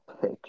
pick